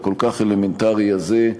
הכל-כך אלמנטרי הזה,